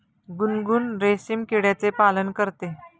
गुनगुन रेशीम किड्याचे पालन करते